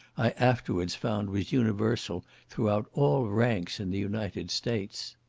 i afterwards found was universal throughout all ranks in the united states.